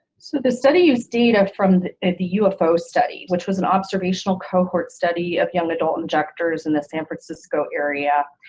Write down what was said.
so the study used data from the the ufo study, which was an observational cohort study of young adult injectors in the san francisco area,